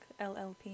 LLP